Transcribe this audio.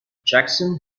jackson